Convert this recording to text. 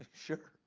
sure,